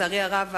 לצערי הרב,